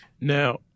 Now